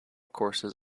courses